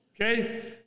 okay